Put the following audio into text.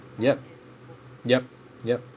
yup yup yup